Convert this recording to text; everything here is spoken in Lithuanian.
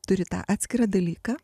turi tą atskirą dalyką